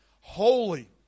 holy